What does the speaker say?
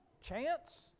Chance